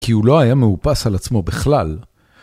כי הוא לא היה מאופס על עצמו בכלל.